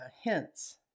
hints